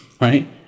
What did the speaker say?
right